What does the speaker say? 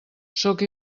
sóc